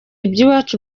iby’iwacu